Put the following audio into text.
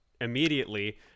immediately